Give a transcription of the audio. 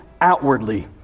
outwardly